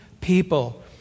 people